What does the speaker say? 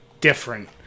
different